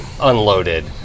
unloaded